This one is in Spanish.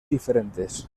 diferentes